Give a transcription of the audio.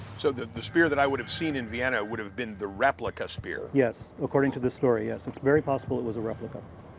so the the spear that i would have seen in vienna would have been the replica spear. yes. according to the story, yes. it's very possible it was a replica,